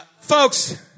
Folks